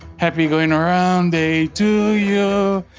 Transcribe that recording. happy going around day to you.